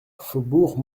faubourg